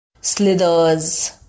Slithers